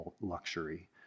luxury